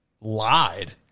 lied